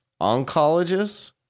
oncologist